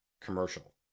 commercial